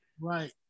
Right